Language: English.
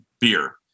beer